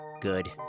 Good